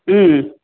ಹ್ಞೂ